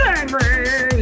angry